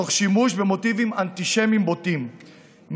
תוך שימוש במוטיבים אנטישמיים בוטים.